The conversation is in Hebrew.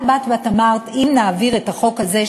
את באת ואמרת: אם נעביר את החוק הזה,